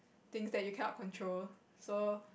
things that you cannot control so